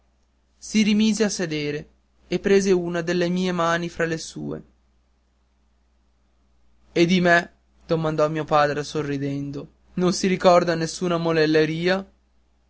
si rimise a sedere e prese una delle mie mani fra le sue e di me domandò mio padre sorridendo non si ricorda nessuna monelleria di